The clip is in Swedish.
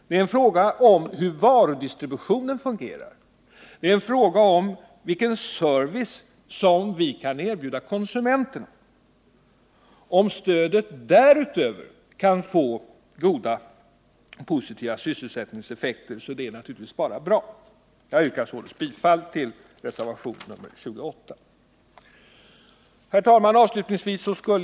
Det är en fråga om hur varudistributionen fungerar, och det är en fråga om vilken service vi kan erbjuda konsumenterna. Om stödet därutöver kan få goda positiva sysselsättningseffekter är detta naturligtvis bara bra. Jag yrkar således bifall till reservationen 28.